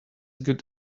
good